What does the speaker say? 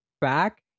back